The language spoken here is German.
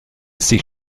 sich